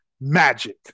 magic